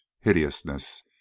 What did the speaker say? hideousness